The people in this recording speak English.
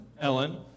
Ellen